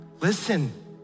Listen